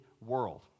world